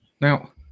Now